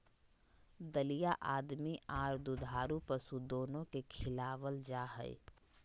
दलिया आदमी आर दुधारू पशु दोनो के खिलावल जा हई,